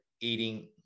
eating